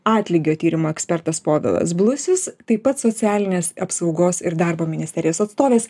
atlygio tyrimo ekspertas povilas blusius taip pat socialinės apsaugos ir darbo ministerijos atstovės